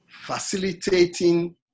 facilitating